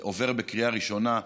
עובר בקריאה ראשונה.